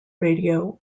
radio